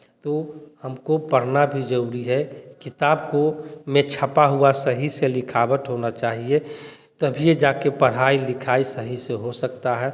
तो हमको पढ़ना भी ज़रूरी है किताब को में छपा हुआ सही से लिखावट होना चाहिए तभीए जा के पढ़ाई लिखाई सही से हो सकता है